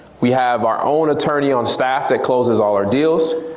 we have our own attorney on staff that closes all our deals.